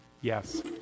Yes